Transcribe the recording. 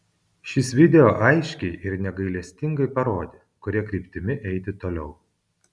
šis video aiškiai ir negailestingai parodė kuria kryptimi eiti toliau